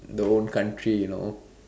the own country you know